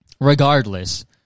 Regardless